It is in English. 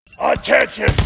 Attention